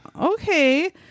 okay